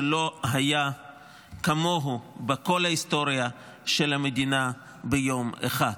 שלא היה כמוהו בכל ההיסטוריה של המדינה ביום אחד.